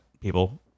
people